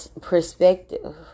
perspective